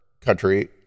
country